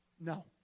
No